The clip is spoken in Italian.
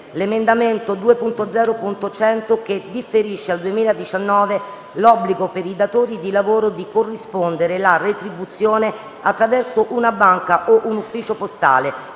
l'emendamento 2.0.100, che differisce al 2019 l'obbligo per i datori di lavoro di corrispondere la retribuzione attraverso una banca o un ufficio postale,